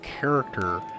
character